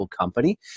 company